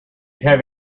have